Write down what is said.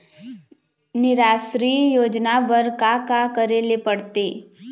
निराश्री योजना बर का का करे ले पड़ते?